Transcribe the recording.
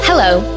Hello